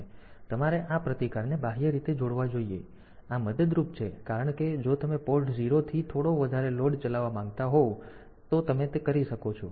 તેથી તમારે આ પ્રતિકારને બાહ્ય રીતે જોડવા જોઈએ તેથી આ મદદરૂપ છે કારણ કે જો તમે પોર્ટ 0 થી થોડો વધારે લોડ ચલાવવા માંગતા હોવ તો જેથી તમે તે કરી શકો છો